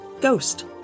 Ghost